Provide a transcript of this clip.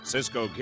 Cisco